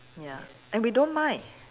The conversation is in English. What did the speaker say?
ya and we don't mind